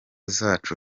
zacu